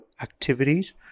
activities